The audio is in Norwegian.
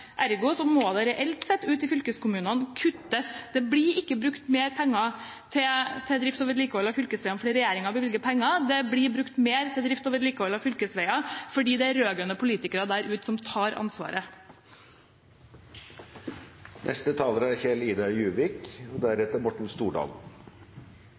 Ergo må det reelt sett ute i fylkeskommunene kuttes. Det blir ikke brukt mer penger til drift og vedlikehold av fylkesveiene fordi regjeringen bevilger penger. Det blir brukt mer til drift og vedlikehold av fylkesveiene fordi de rød-grønne politikerne der ute tar ansvaret. Noen prøver å framstille det som om man mener at det ikke er